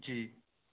جی